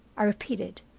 i repeated.